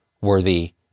worthy